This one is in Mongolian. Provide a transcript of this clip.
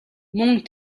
мөн